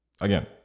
again